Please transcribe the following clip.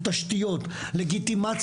זה לא האירוע,